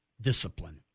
discipline